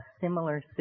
similar